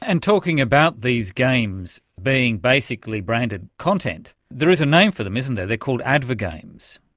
and talking about these games being basically branded content, there is a name for them, isn't there, they're called advergames.